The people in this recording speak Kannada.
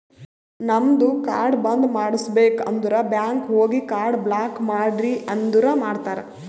ನಮ್ದು ಕಾರ್ಡ್ ಬಂದ್ ಮಾಡುಸ್ಬೇಕ್ ಅಂದುರ್ ಬ್ಯಾಂಕ್ ಹೋಗಿ ಕಾರ್ಡ್ ಬ್ಲಾಕ್ ಮಾಡ್ರಿ ಅಂದುರ್ ಮಾಡ್ತಾರ್